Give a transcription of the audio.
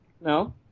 no